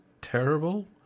terrible